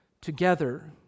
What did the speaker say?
together